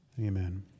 Amen